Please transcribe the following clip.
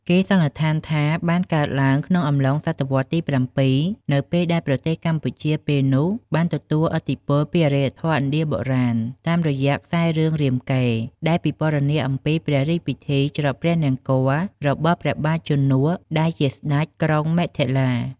គេសន្និដ្ឋានថាបានកើតឡើងក្នុងអំឡុង សតវត្ស ទី៧ នៅពេលដែលប្រទេសកម្ពុជាពេលនោះបានទទួលឥទ្ធិពលពីអរិយធម៌ ឥណ្ឌាបុរាណ តាមរយៈខ្សែររឿង រាមកេរ្តិ៍ ដែលពិពណ៌នា អំពីព្រះរាជពិធីច្រត់ព្រះនង្គ័ល របស់ព្រះបាទជនក ជាស្ដេចក្រុងមិថិលា។